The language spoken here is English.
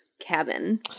cabin